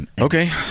Okay